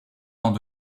dans